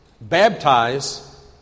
baptize